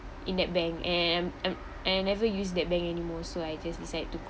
in that bank and and I never use that bank anymore so I just decide to